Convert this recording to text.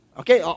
okay